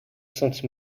sainte